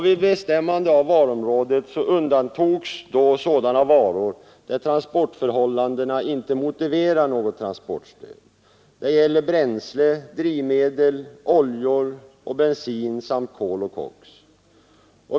Vid bestämningen av varuområdet undantogs sådana varor där transportförhållandena inte motiverar något transportstöd. Det gäller bränsle och drivmedel, oljor och bensin samt kol och koks.